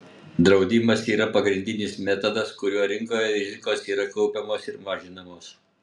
draudimas yra pagrindinis metodas kuriuo rinkoje rizikos yra kaupiamos ir mažinamos